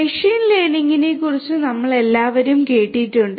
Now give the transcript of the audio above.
machine ലേണിംഗിനെക്കുറിച്ച് നമ്മൾ എല്ലാവരും കേട്ടിട്ടുണ്ട്